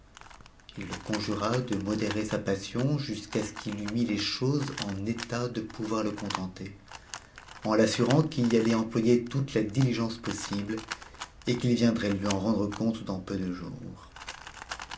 il le conjura de modérer sa passion jusqu'il ce qu'u eût mis les choses en état de pouvoir le contenter en t'assut'am qu'il y allait employer toute la diligence possible et qu'il viendrait lui en rendre compte dans peu de jours